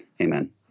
Amen